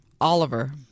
Oliver